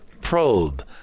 probe